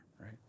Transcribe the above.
right